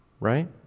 right